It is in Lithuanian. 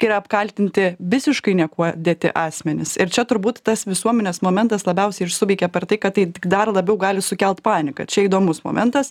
kai yra apkaltinti visiškai niekuo dėti asmenys ir čia turbūt tas visuomenės momentas labiausiai ir suveikia per tai kad tai tik dar labiau gali sukelt paniką čia įdomus momentas